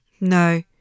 No